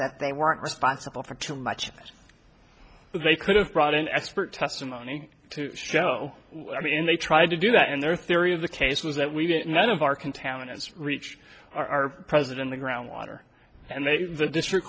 that they weren't responsible for too much but they could have brought in expert testimony to show i mean they tried to do that and their theory of the case was that we didn't none of our contaminants reach our president the groundwater and they the district